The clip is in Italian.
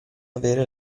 avere